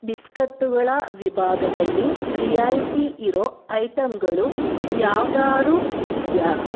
ಬಿಸ್ಕತ್ತುಗಳ ವಿಭಾಗದಲ್ಲಿ ರಿಯಾಯಿತಿ ಇರೊ ಐಟಮ್ಗಳು ಯಾವ್ದಾದ್ರು ಇದೆಯಾ